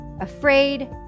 afraid